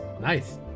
nice